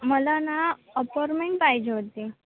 मला ना अपॉरमेंट पाहिजे होती